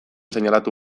seinalatu